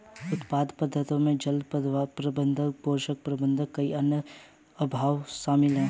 उत्पादन प्रथाओं में जल प्रबंधन, पोषण प्रबंधन और कई अन्य अभ्यास शामिल हैं